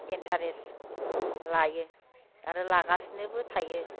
interest लायो आरो लागासिनोबो थायो